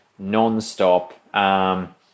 nonstop